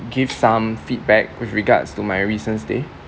give some feedback with regards to my recent stay